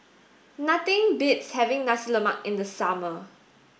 nothing beats having Nasi Lemak in the summer